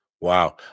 Wow